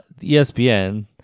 ESPN